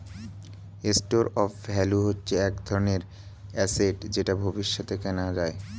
store of value হচ্ছে এক ধরনের অ্যাসেট যেটা ভবিষ্যতে কেনা যায়